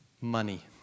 Money